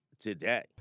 today